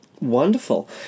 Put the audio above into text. Wonderful